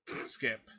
Skip